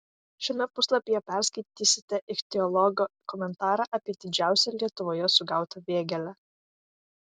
šiame puslapyje perskaitysite ichtiologo komentarą apie didžiausią lietuvoje sugautą vėgėlę